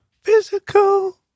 Physical